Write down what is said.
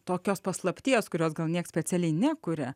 tokios paslapties kurios gal nieks specialiai nekuria